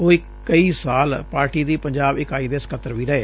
ਉਹ ਕਈ ਸਾਲ ਪਾਰਟੀ ਦੀ ਪੰਜਾਬ ਇਕਾਈ ਦੇ ਸਕੱਤਰ ਵੀ ਰਹੇ